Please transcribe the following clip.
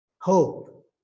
Hope